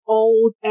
old